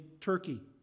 Turkey